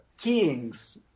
King's